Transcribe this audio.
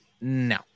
No